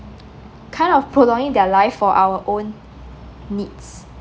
kind of prolonging their life for our own needs